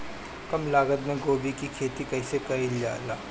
कम लागत मे गोभी की खेती कइसे कइल जाला?